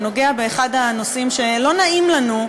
הוא נוגע באחד הנושאים שלא נעים לנו,